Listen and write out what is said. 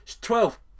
Twelve